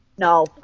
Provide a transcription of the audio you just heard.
No